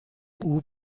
اون